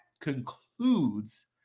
concludes